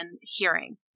hearing